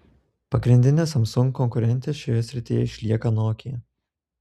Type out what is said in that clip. pagrindine samsung konkurente šioje srityje išlieka nokia